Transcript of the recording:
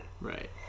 right